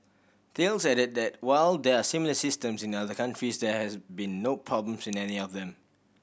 Thales added that while there are similar systems in other countries there has been no problems in any of them